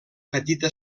petita